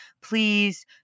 please